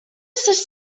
ses